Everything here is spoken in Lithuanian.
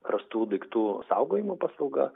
rastų daiktų saugojimo paslauga